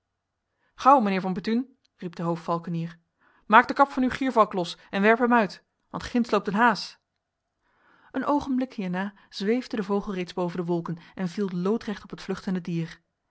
mijnheer van bethune riep de hoofdvalkenier maak de kap van uw giervalk los en werp hem uit want ginds loopt een haas een ogenblik hierna zweefde de vogel reeds boven de wolken en viel loodrecht op het vluchtende dier